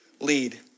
Lead